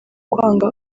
kwanga